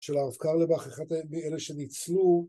של הרב קרליבך, אחד מאלה שניצלו